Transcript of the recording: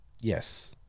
Yes